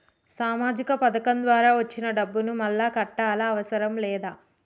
సామాజిక పథకం ద్వారా వచ్చిన డబ్బును మళ్ళా కట్టాలా అవసరం లేదా?